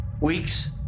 Weeks